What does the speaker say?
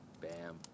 bam